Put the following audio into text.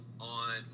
on